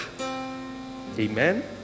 Amen